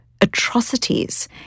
atrocities